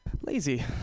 lazy